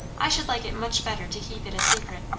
i should like it much better to keep it a secret.